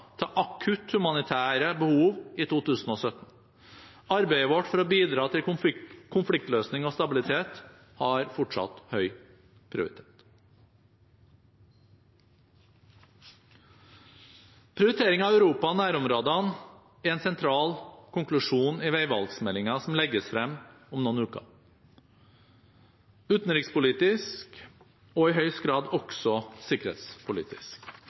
til akutte humanitære behov i 2017. Arbeidet vårt for å bidra til konfliktløsning og stabilitet har fortsatt høy prioritet. Prioritering av Europa og nærområdene er en sentral konklusjon i Veivalg-meldingen som legges frem om noen uker – utenrikspolitisk og i høyeste grad også sikkerhetspolitisk.